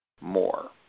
more